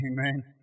Amen